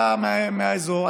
אתה מהאזור,